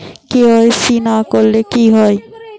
KYC না করলে কি হয়?